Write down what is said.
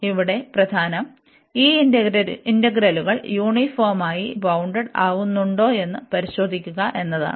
ഇവിടെ പ്രധാനം ഈ ഇന്റഗ്രലുകൾ യൂണിഫോമായി ബൌൺഡഡ് ആകുന്നുണ്ടോയെന്ന് പരിശോധിക്കുക എന്നതാണ്